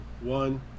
one